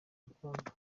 urukundo